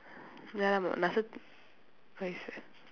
ya lah but waste eh